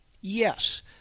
Yes